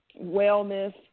wellness